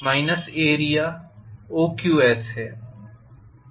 यही इसका मतलब है